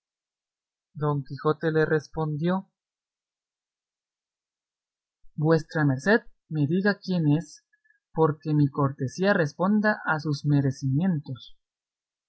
don quijote le respondió vuestra merced me diga quién es porque mi cortesía responda a sus merecimientos